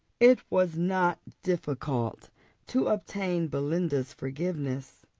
it was not difficult to obtain belinda's forgiveness.